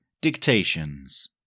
Dictations